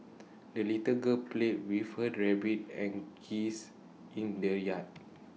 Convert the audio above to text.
the little girl played with her rabbit and geese in the yard